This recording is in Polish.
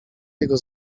jego